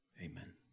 amen